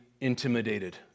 intimidated